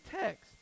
text